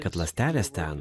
kad ląstelės ten